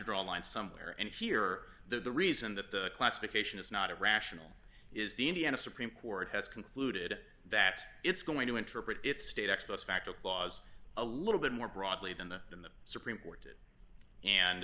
draw a line somewhere and here are the reason that the classification is not a rational is the indiana supreme court has concluded that it's going to interpret its state ex post facto clause a little bit more broadly than th